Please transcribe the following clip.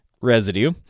residue